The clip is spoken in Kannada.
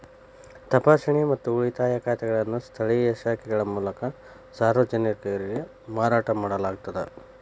ತಪಾಸಣೆ ಮತ್ತು ಉಳಿತಾಯ ಖಾತೆಗಳನ್ನು ಸ್ಥಳೇಯ ಶಾಖೆಗಳ ಮೂಲಕ ಸಾರ್ವಜನಿಕರಿಗೆ ಮಾರಾಟ ಮಾಡಲಾಗುತ್ತದ